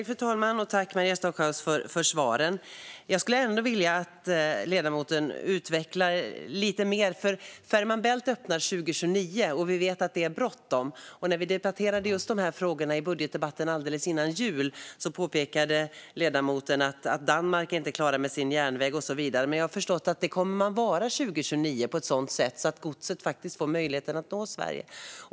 Fru talman! Jag tackar Maria Stockhaus för svaren. Jag skulle ändå vilja att ledamoten utvecklar lite mer. Fehmarn Bält-förbindelsen öppnar 2029, och vi vet att det är bråttom. När vi debatterade just dessa frågor i budgetdebatten alldeles före jul påpekade ledamoten att Danmark inte är klara med sin järnväg, men jag har förstått att de kommer att vara det 2029 på ett sådant sätt att godset faktiskt får möjlighet att nå Sverige.